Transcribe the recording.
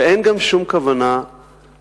ואין גם שום כוונה לשנות